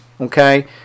Okay